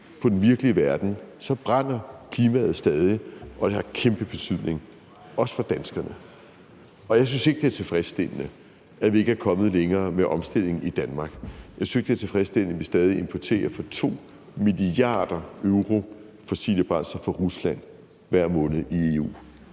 på den virkelige verden, brænder klimaet stadig, og det har kæmpe betydning, også for danskerne. Og jeg synes ikke, det er tilfredsstillende, at vi ikke er kommet længere med omstillingen i Danmark. Jeg synes ikke, det er tilfredsstillende, at vi stadig importerer for 2 mia. euro fossile brændsler fra Rusland hver måned i EU.